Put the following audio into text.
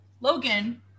logan